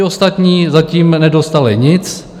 Ostatní zatím nedostali nic.